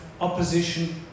opposition